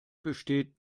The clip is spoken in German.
besteht